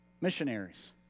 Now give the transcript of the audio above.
missionaries